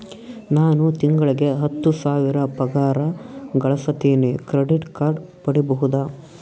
ನಾನು ತಿಂಗಳಿಗೆ ಹತ್ತು ಸಾವಿರ ಪಗಾರ ಗಳಸತಿನಿ ಕ್ರೆಡಿಟ್ ಕಾರ್ಡ್ ಪಡಿಬಹುದಾ?